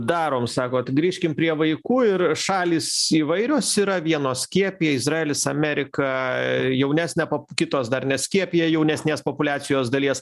darome sakot grįžkim prie vaikų ir šalys įvairios yra vienos skiepija izraelis amerika jaunesnė po kitos dar neskiepija jaunesnės populiacijos dalies